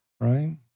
right